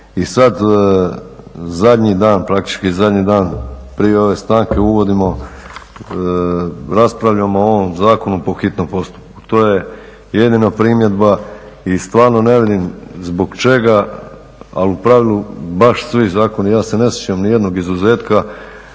i sad zadnji dan praktički prije ove stanke uvodimo, raspravljamo o ovom zakonu po hitnom postupku. To je jedino primjedba. I stvarno ne vidim zbog čega ali u pravilu baš svi zakoni, ja se ne sjećam nijednog izuzetka